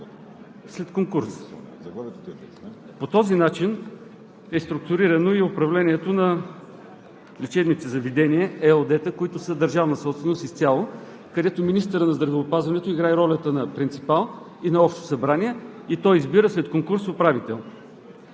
след конкурс. По този начин е структурирано и управлението на лечебните заведения ЕООД-та, които са държавна собственост изцяло, където министърът на здравеопазването играе ролята на принципал и на Общо събрание и той избира управител